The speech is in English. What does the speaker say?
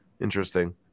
Interesting